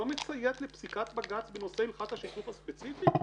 מציית לפסיקת בג"ץ בנושא הלכת השיתוף הספציפי?